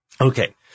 Okay